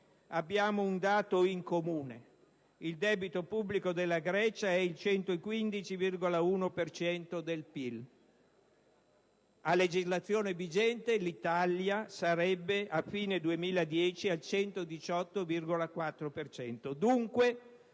abbiamo un dato in comune: il debito pubblico della Grecia è il 115,1 per cento del PIL. A legislazione vigente, l'Italia sarebbe, a fine 2010, al 118,4